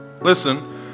listen